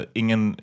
ingen